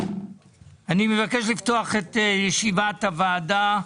אני מבקש לפתוח את ישיבת ועדת הכספים.